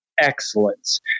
excellence